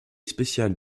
spéciale